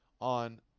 on